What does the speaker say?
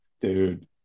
Dude